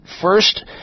first